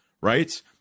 right